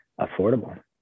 affordable